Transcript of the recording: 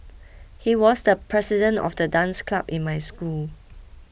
he was the president of the dance club in my school